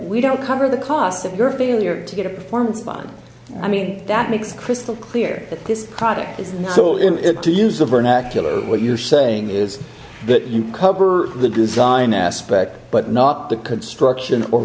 we don't cover the cost of your failure to get a performance bond i mean that makes crystal clear that this product is still in it to use the vernacular what you're saying is that you cover the design aspect but not the construction or